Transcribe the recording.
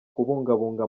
kubungabunga